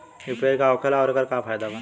UPI का होखेला आउर एकर का फायदा बा?